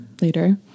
later